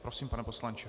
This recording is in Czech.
Prosím, pane poslanče.